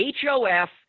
HOF